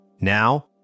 Now